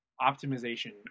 optimization